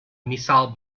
missile